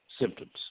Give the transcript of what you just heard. symptoms